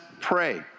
pray